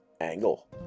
Angle